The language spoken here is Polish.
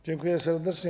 Dziękuję serdecznie.